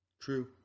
True